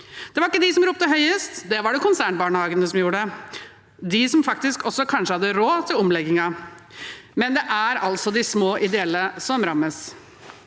Det var ikke dem som ropte høyest, det var det konsernbarnehagene som gjorde – de som faktisk også kanskje hadde råd til omleggingen – men det er altså de små ideelle som rammes.